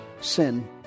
sin